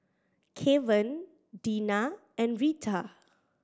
Kevan Dina and Retha